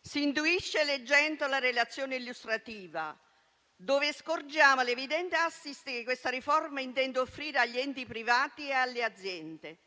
si intuisce leggendo la relazione illustrativa, dove scorgiamo l'evidente *assist* che questa riforma intende offrire agli enti privati e alle aziende,